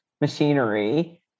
machinery